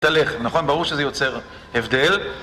נכון ברור שזה יוצר הבדל